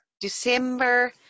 December